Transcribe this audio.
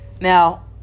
now